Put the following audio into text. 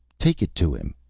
take it to him.